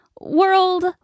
world